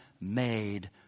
made